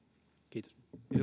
kiitos